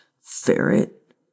Ferret